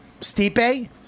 Stipe